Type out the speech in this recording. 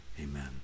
Amen